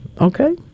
Okay